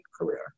career